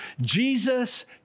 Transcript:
Jesus